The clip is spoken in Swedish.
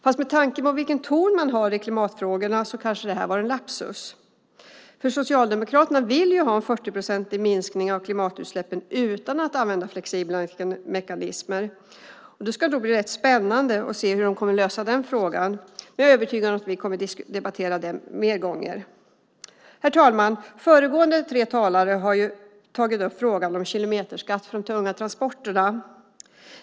Men med tanke på vilken ton man har i klimatfrågorna kanske det är en lapsus, för Socialdemokraterna vill ju ha en 40-procentig minskning av klimatutsläppen utan att använda flexibla mekanismer. Det ska därför bli spännande att se hur de kommer att lösa den frågan. Jag är övertygad om att vi kommer att debattera den fler gånger. Herr talman! Föregående tre talare har tagit upp frågan om kilometerskatt för de tunga transporterna.